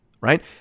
right